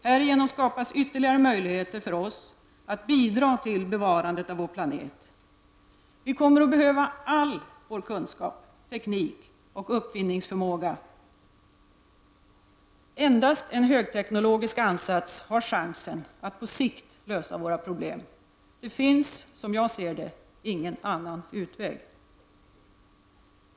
Härigenom skapas ytterligare möjligheter för oss att bidra till bevarandet av vår planet. Vi kommer att behöva all vår kunskap, teknik och uppfinningsförmåga. Endast en högteknologisk ansats har chansen att på sikt lösa problemen. Det finns, som jag ser det, ingen annan utväg.